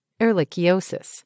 Ehrlichiosis